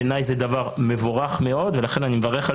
בעיניי זה דבר מבורך מאוד ולכן אני מברך על